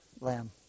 Lamb